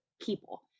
people